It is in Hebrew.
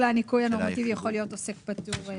הניכוי הנורמטיבי יכול להיות עוסק פטור.